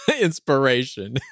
Inspiration